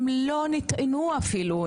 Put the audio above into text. הם לא נטענו אפילו,